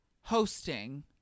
hosting